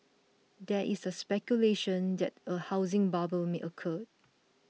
there is speculation that a housing bubble may occur